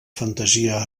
fantasia